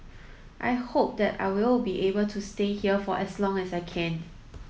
I hope that I will be able to stay here for as long as I can